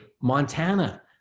Montana